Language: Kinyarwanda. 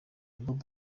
bob